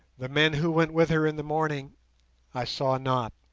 the men who went with her in the morning i saw not